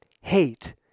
hate